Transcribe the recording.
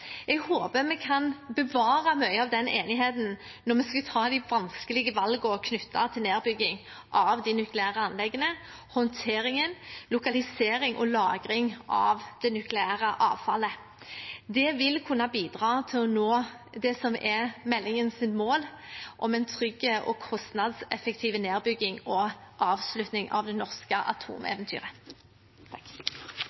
Jeg håper vi kan bevare mye av den enigheten når vi skal ta de vanskelige valgene knyttet til nedbygging av de nukleære anleggene, håndtering, lokalisering og lagring av det nukleære avfallet. Det vil kunne bidra til å nå meldingens mål om en trygg og kostnadseffektiv nedbygging og avslutning av det norske